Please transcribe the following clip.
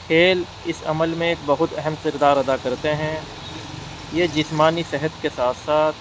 کھیل اس عمل میں ایک بہت اہم کردار ادا کرتے ہیں یہ جسمانی صحت کے ساتھ ساتھ